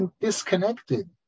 disconnected